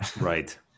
Right